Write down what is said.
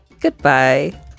goodbye